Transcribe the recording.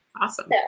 awesome